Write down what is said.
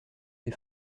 des